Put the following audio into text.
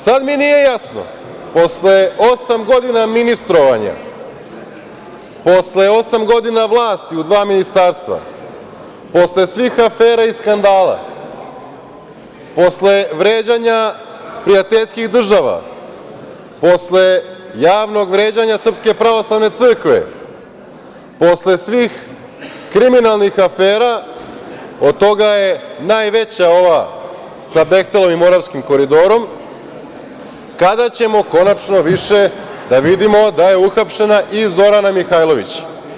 Sada mi nije jasno, posle osam godina ministrovanja, posle osam godina vlasti u dva ministarstva, posle svih afera i skandala, posle vređanja prijateljskih država, posle javnog vređanja Srpske pravoslavne crkve, posle svih kriminalnih afera, od toga je najveća ova sa „Behtelovim“ Moravskim koridorom, kada ćemo konačno više da vidimo da je uhapšena i Zorana Mihajlović?